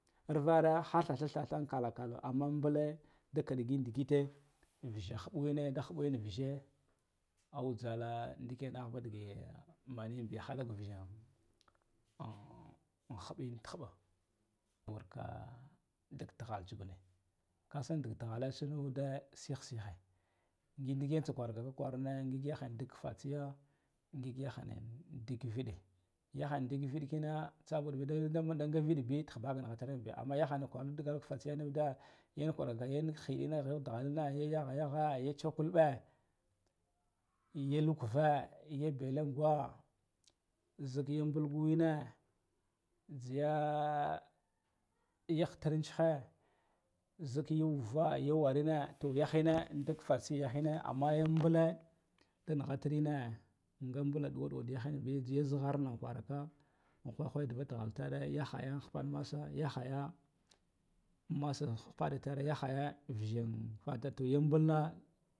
Arvare har thatha ankala kalo amma mbule da kidgin digite vize huɓuwune da hubuwin vize au jhala ndiken ahba dige manin bi halak vizen ah himbin ti hiɓa wurka halak vizen ah himbin ti hiɓa wurka dik tighal tsugune kasan dik tigh ahe shir nuve sin sihe ngig ndiken tsak wargaka kwarane ngig yahaya dik kaf atiya ngig yahani dik ki vide yahana dik viɗkina tsabud bi ndaga viɗ bi tihbaha ka nightiranbiya, amma yahana kwarud ndigal ka fatsiya nuvuda yen kwarga yan hiɗine ya yaghe yaghe ya tsakulbe ya lukuve ya belengwa zik yi bulguwina ziya ya hitirintsihe zik ya uva ya warine to yahine indig fatsiya yahine, ammaya mbule da nighatirine nga mbula ɗuwaɗu yahinbi ziya zigharna kwarak an whai whai duva tare yahaya hupaɗ masa tare yahaya masan hupaɗa tare yahaya vize n hupaɗa tar to ya mbula.